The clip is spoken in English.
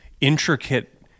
intricate